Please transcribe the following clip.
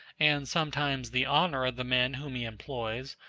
and sometimes the honor of the men whom he employs,